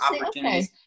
opportunities